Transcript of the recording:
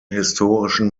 historischen